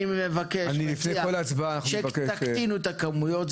אני מציע שתקטינו את הכמויות,